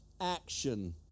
action